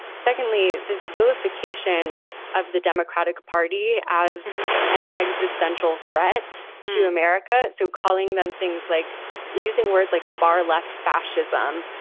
secondly, there's vilification of the democratic party as an existential threat to america. so calling them things like using words like far left fascism,